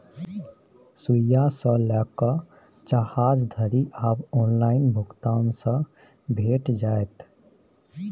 सुईया सँ लकए जहाज धरि आब ऑनलाइन भुगतान सँ भेटि जाइत